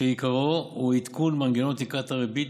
שעיקרו הוא עדכון מנגנון תקרת הריבית